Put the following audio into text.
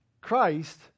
Christ